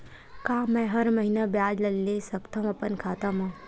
का मैं हर महीना ब्याज ला ले सकथव अपन खाता मा?